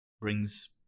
brings